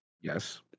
yes